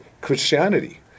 Christianity